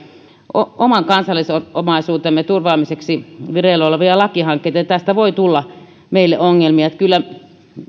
oman kansallisomaisuutemme turvaamiseksi vireillä olevia lakihankkeita niin tästä voi tulla meille ongelmia kyllä